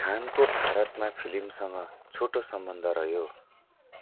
खानको भारतमा फिल्मसँग छोटो सम्बन्ध रह्यो